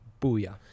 Booyah